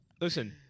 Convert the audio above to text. Listen